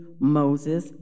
Moses